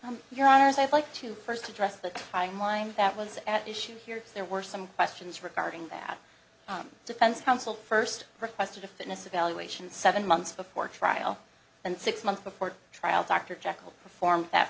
on your honor's i'd like to first address the timeline that was at issue here there were some questions regarding that defense counsel first requested a fitness evaluation seven months before trial and six months before trial dr jekyll performed that